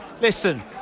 listen